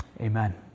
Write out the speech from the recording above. Amen